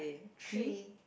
three